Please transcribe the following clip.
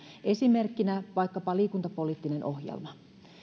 esimerkkinä vaikkapa liikuntapoliittinen ohjelma